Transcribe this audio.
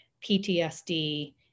PTSD